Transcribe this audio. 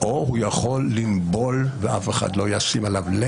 או הוא יכול לנבול, ואף אחד לא ישים לב אליו.